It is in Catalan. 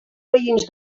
veïns